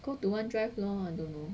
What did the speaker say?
go to one drive lor don't know